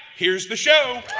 here's the show